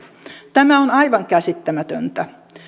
tämä on aivan käsittämätöntä